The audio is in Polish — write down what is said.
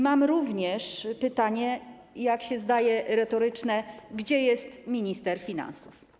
Mam również pytanie, jak się zdaje, retoryczne: Gdzie jest minister finansów?